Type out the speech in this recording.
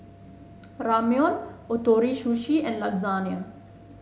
Ramyeon Ootoro Sushi and Lasagne